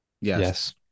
Yes